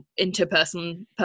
interpersonal